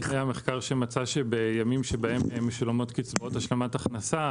מצא שבימים שבהם משולמות קצבאות השלמת הכנסה,